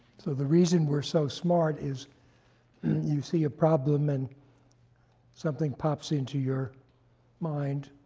so the reason we're so smart is you see a problem and something pops into your mind